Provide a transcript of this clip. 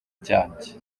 cyanjye